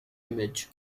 image